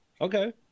okay